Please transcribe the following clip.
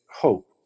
hope